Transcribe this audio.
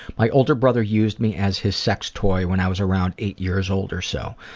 my older brother used me as his sex toy when i was around eight years old or so.